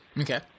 Okay